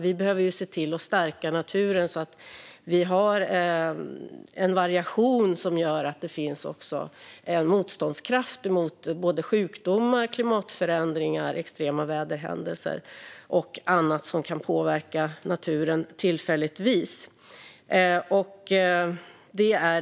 Vi behöver se till att stärka naturen så att vi har en variation som gör att det finns motståndskraft mot sjukdomar, klimatförändringar, extrema väderhändelser och annat som kan påverka naturen tillfälligtvis.